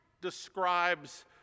describes